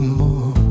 more